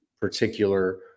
particular